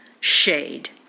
Shade